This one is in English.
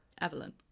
Evelyn